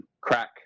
crack